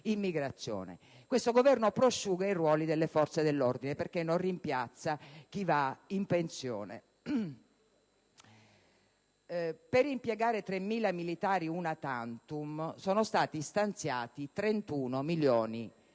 Questo Governo prosciuga i ruoli delle forze dell'ordine perché non rimpiazza chi va in pensione. Per impiegare 3.000 militari *una tantum* sono stati stanziati 31 milioni l'anno.